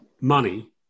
money